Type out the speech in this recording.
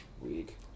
Weak